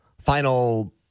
final